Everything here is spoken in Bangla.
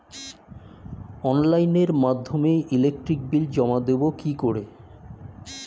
অনলাইনের মাধ্যমে ইলেকট্রিক বিল জমা দেবো কি করে?